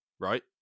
right